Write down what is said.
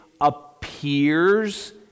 appears